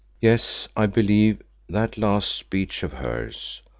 yes, i believe that last speech of hers,